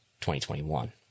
2021